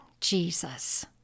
Jesus